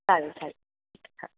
चालेल सर हां